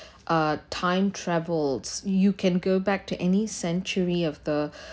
uh time travels you can go back to any sanctuary of the